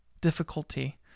difficulty